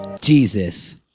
Jesus